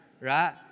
Right